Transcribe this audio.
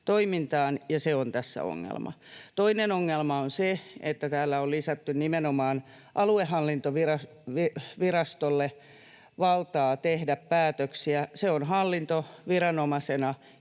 toimintaan, ja se on tässä ongelma. Toinen ongelma on se, että täällä on lisätty nimenomaan aluehallintovirastolle valtaa tehdä päätöksiä. Se on hallintoviranomaisena